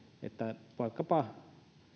että vaikkapa